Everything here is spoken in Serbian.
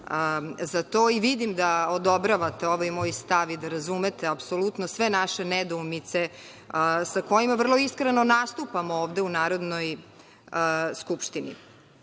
za to i vidim da odobravate ovaj moj stav i da razumete apsolutno sve naše nedoumice sa kojima vrlo iskreno nastupamo ovde u Narodnoj skupštini. Ono